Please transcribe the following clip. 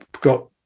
got